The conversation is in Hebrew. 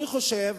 אני חושב